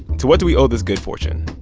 to what do we owe this good fortune?